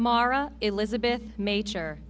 mara elizabeth major